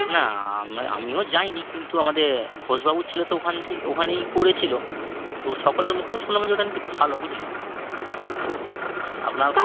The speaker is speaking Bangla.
না আমিও যাইনি কিন্তু আমাদের ঘোষবাবুর ছেলে তো ওখান ওখানেই করেছিল তো সকলের মুখেও শুনলাম যে ওটা নাকি ভালো বুঝলেন তো আপনার